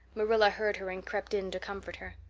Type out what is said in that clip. marilla heard her and crept in to comfort her.